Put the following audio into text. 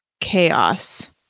chaos